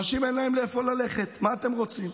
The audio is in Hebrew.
אנשים, אין להם איפה ללכת, מה אתם רוצים?